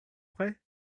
prêt